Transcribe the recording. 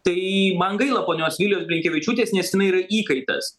tai man gaila ponios vilijos blinkevičiūtės nes jinai yra įkaitas